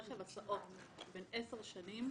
רכב הסעות בן עשר שנים,